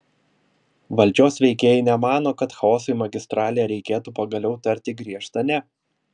valdžios veikėjai nemano kad chaosui magistralėje reikėtų pagaliau tarti griežtą ne